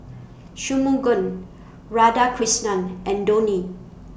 Shunmugam Radhakrishnan and Dhoni